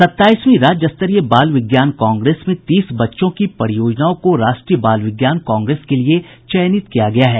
सत्ताईसवीं राज्य स्तरीय बाल विज्ञान कांग्रेस में तीस बच्चों की परियोजनाओं को राष्ट्रीय बाल विज्ञान कांग्रेस के लिए चयनित किया गया है